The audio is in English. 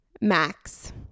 Max